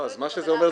מה שזה אומר,